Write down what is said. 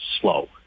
slow